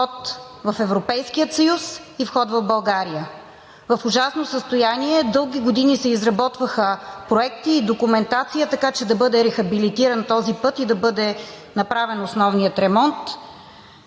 в Европейския съюз и вход в България. В ужасно състояние е. Дълги години се изработваха проекти и документация, така че да бъде рехабилитиран този път и да бъде направен основният ремонт.